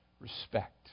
respect